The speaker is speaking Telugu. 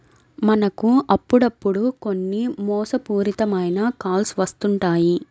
మనకు అప్పుడప్పుడు కొన్ని మోసపూరిత మైన కాల్స్ వస్తుంటాయి